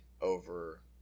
over